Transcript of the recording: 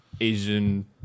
asian